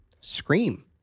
Scream